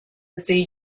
see